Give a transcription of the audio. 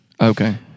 Okay